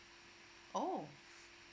oh